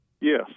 yes